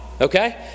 okay